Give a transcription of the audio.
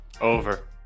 Over